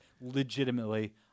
legitimately